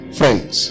friends